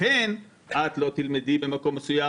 לכן את לא תלמדי במקום מסוים,